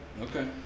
okay